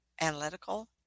analytical